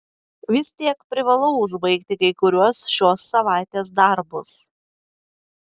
vis tiek privalau užbaigti kai kuriuos šios savaitės darbus